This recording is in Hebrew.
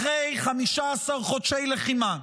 אחרי 15 חודשי לחימה,